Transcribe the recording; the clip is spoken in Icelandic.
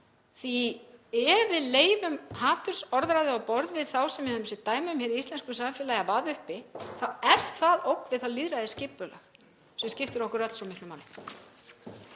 Ef við leyfum hatursorðræðu á borð við þá sem við höfum séð dæmi um í íslensku samfélagi að vaða uppi þá er það ógn við það lýðræðisskipulag sem skiptir okkur öll svo miklu máli.